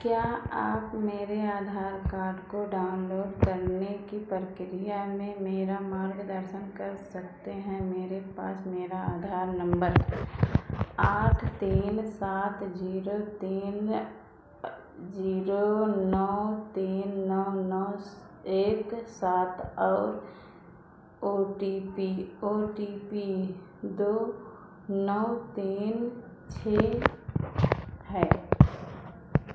क्या आप मेरे आधार को डाउनलोड करने की प्रक्रिया में मेरा मार्गदर्शन कर सकते हैं मेरे पास मेरा आधार आठ तीन सात जीरो तीन जीरो नौ तीन नौ नौ एक सात और O T P O T P दो नौ तीन छः है